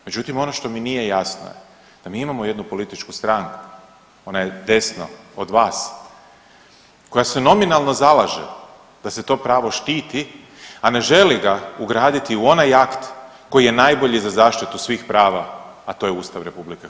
Međutim ono što mi nije jasno je da mi imamo jednu političku stranku, ona je desno od vas koja se nominalno zalaže da se to pravo štiti, a ne želi ga ugraditi u onaj akt koji je najbolji za zaštitu svih prava, a to je Ustav RH.